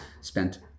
spent